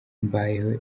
mbayeho